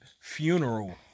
funeral